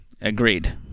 Agreed